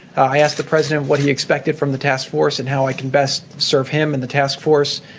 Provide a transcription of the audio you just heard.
i asked the president what he expected from the task force and how i can best serve him in the task force.